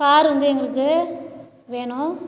car வந்து எங்களுக்கு வேணும்